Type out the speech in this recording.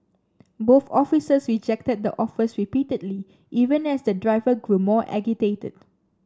both officers rejected the offers repeatedly even as the driver grew more agitated